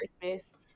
christmas